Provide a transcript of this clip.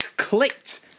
clicked